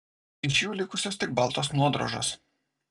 iš jų likusios tik baltos nuodrožos